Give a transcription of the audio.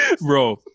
Bro